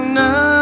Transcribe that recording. now